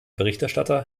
berichterstatter